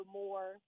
more